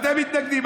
ואתם מתנגדים.